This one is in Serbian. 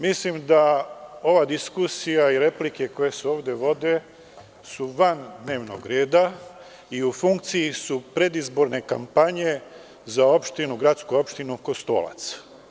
Mislim da ova diskusija i replike koje se ovde vode su van dnevnog reda i u funkciji su predizborne kampanje za gradsku opštinu Kostolac.